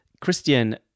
christian